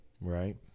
right